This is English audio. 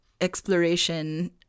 exploration